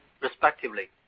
respectively